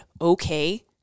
okay